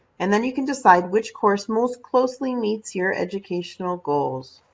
and then you can decide which course most closely meets your educational goals.